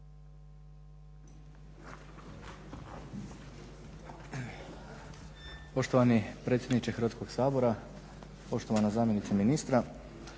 poštovani predsjedniče Hrvatskog sabora, poštovana zamjenice ministra.